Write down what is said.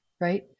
right